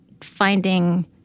finding